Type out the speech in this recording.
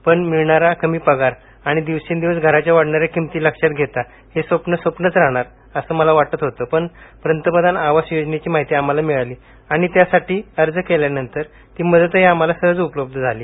पण मिळणारा कमी पगार आणि दिवसेंदिवस वाढत जाणा या घरांच्या किंमती लक्षात घेता हे स्वप्न स्वप्नंच राहाणार असं मला वाटत होतं पण पंतप्रधान आवास योजनेची माहिती आम्हाला मिळाला आणि त्यासाठी अर्ज केल्यानंतर ती मदतही आम्हाला सहज उपलब्ध झाली